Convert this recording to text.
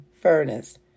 furnace